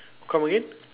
come again